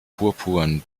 purpurn